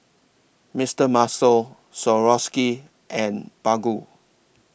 Mister Muscle Swarovski and Baggu